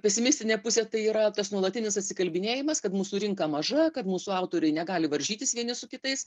pesimistinė pusė tai yra tas nuolatinis atsikalbinėjimas kad mūsų rinka maža kad mūsų autoriai negali varžytis vieni su kitais